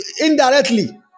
indirectly